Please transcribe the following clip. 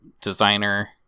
designer